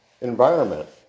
environment